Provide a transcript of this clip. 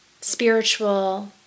spiritual